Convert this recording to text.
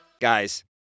Guys